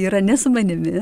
yra ne su manimi